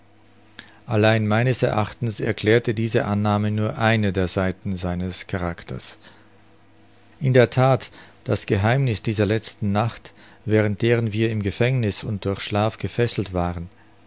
allein meines erachtens erklärte diese annahme nur eine der seiten seines charakters in der that das geheimniß dieser letzten nacht während deren wir im gefängniß und durch schlaf gefesselt waren